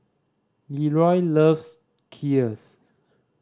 Leroy loves Kheers